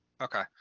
Okay